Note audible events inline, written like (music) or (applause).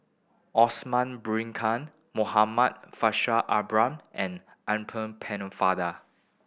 Osman (unintelligible) Muhammad Faishal Ibrahim and (unintelligible) Pennefather